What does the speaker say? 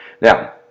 Now